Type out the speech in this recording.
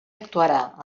actuarà